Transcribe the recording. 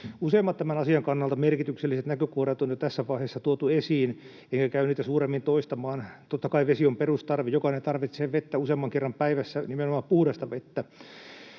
Useimmat tämän asian kannalta merkitykselliset näkökohdat on jo tässä vaiheessa tuotu esiin, enkä käy niitä suuremmin toistamaan. Totta kai vesi on perustarve. Jokainen tarvitsee vettä useamman kerran päivässä, nimenomaan puhdasta vettä.